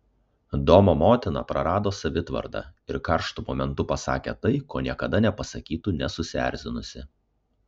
domo motina prarado savitvardą ir karštu momentu pasakė tai ko niekada nepasakytų nesusierzinusi